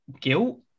guilt